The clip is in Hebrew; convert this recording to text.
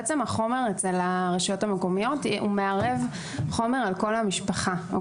בעצם החומר אצל הרשויות המקומיות מערב חומר על כל המשפחה.